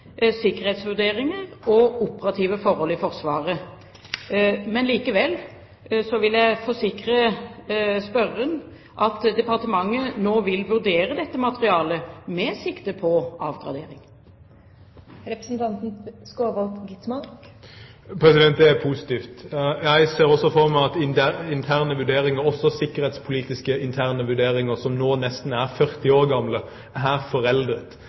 sikkerhetsvurderinger og operative forhold i Forsvaret. Likevel vil jeg forsikre spørreren om at departementet nå vil vurdere dette materialet med sikte på avgradering. Det er positivt. Jeg ser også for meg at interne vurderinger, også sikkerhetspolitiske interne vurderinger, som nå nesten er 40 år gamle,